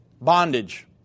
bondage